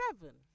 seven